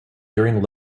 during